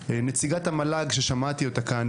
לנציגת המל"ג ששמעתי כאן,